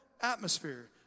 atmosphere